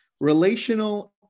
Relational